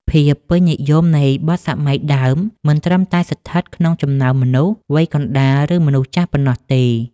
ភាពពេញនិយមនៃបទសម័យដើម មិនត្រឹមតែស្ថិតក្នុងចំណោមមនុស្សវ័យកណ្ដាល ឬមនុស្សចាស់ប៉ុណ្ណោះទេ